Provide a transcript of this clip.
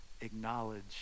acknowledge